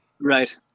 Right